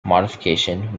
modification